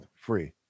Free